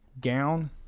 gown